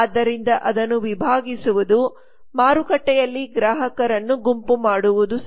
ಆದ್ದರಿಂದಅದನ್ನುವಿಭಾಗಿಸುವುದುಮಾರುಕಟ್ಟೆಯಲ್ಲಿ ಗ್ರಾಹಕರನ್ನು ಗುಂಪು ಮಾಡುವುದು ಸರಿ